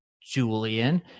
Julian